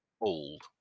old